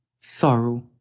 Sorrow